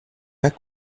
pas